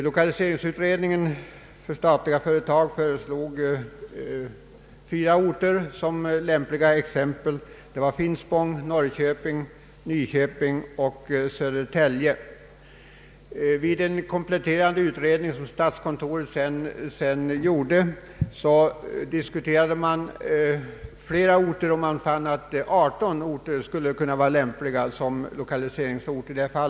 Lokaliseringsutredningen för statliga företag föreslog fyra städer som lämpliga förläggningsorter, nämligen Finspång, Norrköping, Nyköping och Södertälje. I en av statsutskottet verkställd kompletterande utredning diskuterades också andra orter. Statskontoret fann att 18 orter skulle kunna komma i fråga vid en lokalisering av verket.